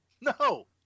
No